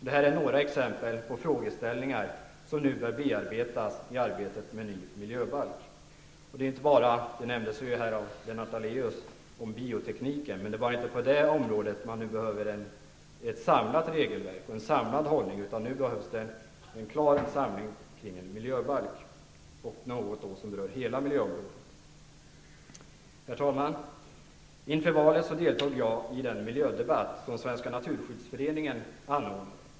Det här är några exempel på frågeställningar som nu bör bearbetas i samband med arbetet på en ny miljöbalk. Det är inte bara, som nämndes här av Lennart Daléus, på bioteknikens område som det behövs ett samlat regelverk och en samlad hållning, utan nu behövs det en klar samling kring en miljöbalk -- alltså kring något som berör hela miljöområdet. Herr talman! Inför valet deltog jag i den miljödebatt som Svenska naturskyddsföreningen anordnade.